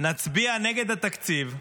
נצביע נגד התקציב,